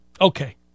Okay